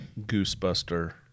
Goosebuster